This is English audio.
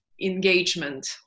engagement